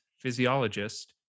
physiologist